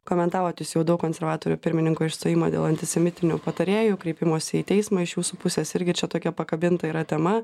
komentavot jūs jau daug konservatorių pirmininko išstojimą dėl antisemitinių patarėjų kreipimosi į teismą iš jūsų pusės irgi čia tokia pakabinta yra tema